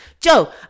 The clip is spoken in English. Joe